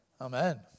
Amen